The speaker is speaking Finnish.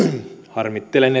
harmittelen